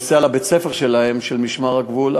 נוסע לבית-הספר של משמר הגבול,